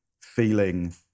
feeling